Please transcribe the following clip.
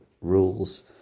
rules